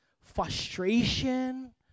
frustration